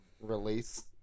release